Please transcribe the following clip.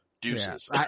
deuces